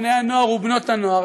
בני-הנוער ובנות-הנוער,